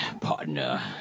partner